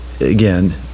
again